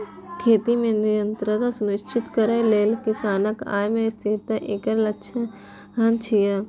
खेती मे निरंतरता सुनिश्चित करै लेल किसानक आय मे स्थिरता एकर लक्ष्य छियै